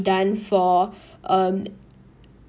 done for um